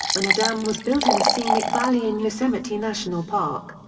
when a dam was built in a scenic valley in yosemite national park.